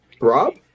Rob